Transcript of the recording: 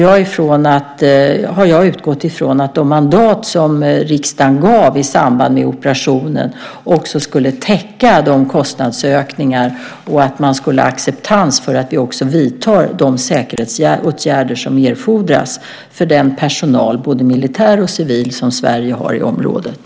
Jag har utgått från att de mandat som riksdagen gav i samband med operationen också skulle täcka kostnadsökningar och att man skulle acceptera att vi även vidtar de säkerhetsåtgärder som erfordras för den personal, både militär och civil, som Sverige har i området.